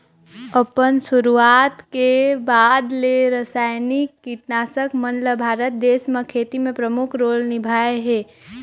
अपन शुरुआत के बाद ले रसायनिक कीटनाशक मन ल भारत देश म खेती में प्रमुख रोल निभाए हे